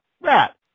rat